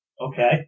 Okay